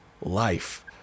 life